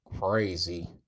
crazy